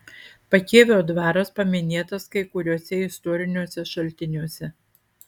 pakėvio dvaras paminėtas kai kuriuose istoriniuose šaltiniuose